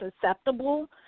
susceptible